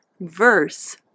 verse